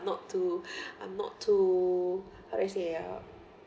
not too I'm not too how do I say ah